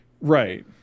Right